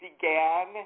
Began